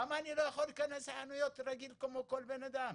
למה אני לא יכול להיכנס לחנויות רגילות כמו כל בן אדם?